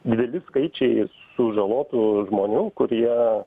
dideli skaičiai sužalotų žmonių kurie